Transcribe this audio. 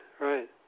right